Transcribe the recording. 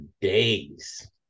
days